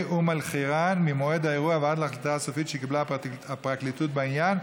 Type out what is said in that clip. אום אל-חיראן ממועד האירוע ועד להחלטה הסופית שקיבלה הפרקליטות בעניין,